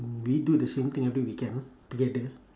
mm we do the same thing every weekend together